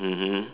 mmhmm